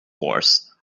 horse